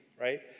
right